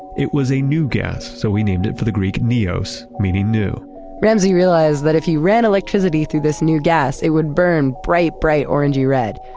it was a new gas, so we named it for the greek neos, meaning new ramsay realized that if you ran electricity through this new gas it would burn bright, bright orangy red.